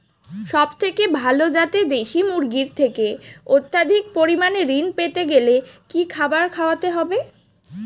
সবথেকে ভালো যাতে দেশি মুরগির থেকে অত্যাধিক পরিমাণে ঋণ পেতে গেলে কি খাবার খাওয়াতে হবে?